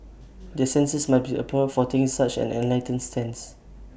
the censors must be applauded for taking such an enlightened stance